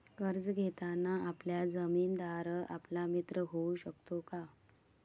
कर्ज घेताना आपला जामीनदार आपला मित्र होऊ शकतो का?